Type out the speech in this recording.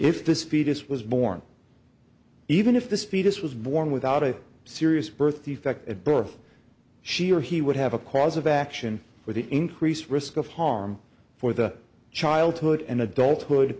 if this fetus was born even if this fetus was born without a serious birth defect at birth she or he would have a cause of action with an increased risk of harm for the childhood and adult